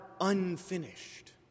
unfinished